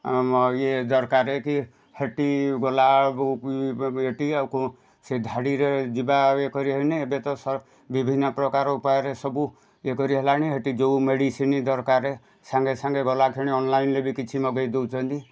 ଆମ ଇଏ ଦରକାରେ କି ହେଟି ଗଲାବେଳକୁ ଏଠି କୋଉ ସେ ଧାଡ଼ିରେ ଯିବା ଆଉ ଇଏ କରିବା ନାଇଁ ଏବେ ତ ବିଭିନ୍ନ ପ୍ରକାର ଉପାୟରେ ସବୁ ଇଏ କରିହେଲାଣି ହେଟି ଯେଉଁ ମେଡ଼ିସିନ୍ ଦରକାର ସାଙ୍ଗେ ସାଙ୍ଗେ ଗଲା କ୍ଷଣି ଅନ୍ଲାଇନ୍ରେ ବି କିଛି ମଗେଇ ଦେଉଛନ୍ତି